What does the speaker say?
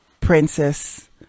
princess